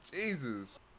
Jesus